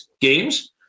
games